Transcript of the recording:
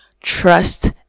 Trust